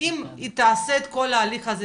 אם היא תעשה את כל ההליך הזה,